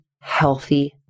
healthy